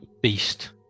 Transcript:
beast